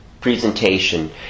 presentation